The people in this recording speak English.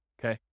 Okay